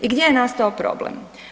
I gdje je nastao problem?